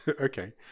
Okay